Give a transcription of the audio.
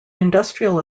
industrial